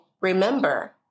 remember